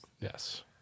Yes